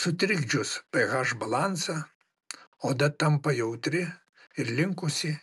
sutrikdžius ph balansą oda tampa jautri ir linkusi